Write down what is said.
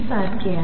सारखे आहे